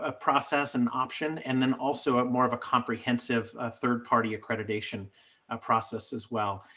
ah process and option and then also a more of a comprehensive ah third party accreditation ah process as well.